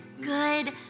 good